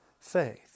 faith